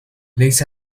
ليس